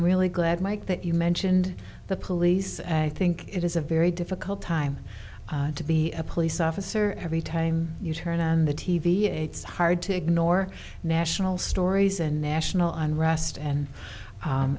i'm really glad mike that you mentioned the police and i think it is a very difficult time to be a police officer every time you turn and the t v and it's hard to ignore national stories and national on rest and